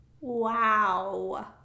wow